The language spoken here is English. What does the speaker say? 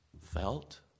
felt